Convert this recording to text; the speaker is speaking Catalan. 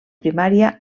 primària